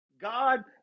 God